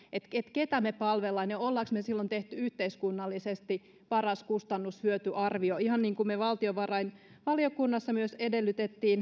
ketä me palvelemme ja olemmeko me silloin tehneet yhteiskunnallisesti parhaan kustannus hyöty arvion ihan niin kuin me valtiovarainvaliokunnassa myös edellytimme